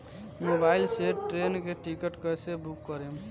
Mobile से train के ticket कैसे बूक करेम?